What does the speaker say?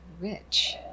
rich